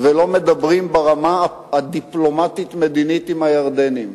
לא מדברים ברמה הדיפלומטית-מדינית עם הירדנים,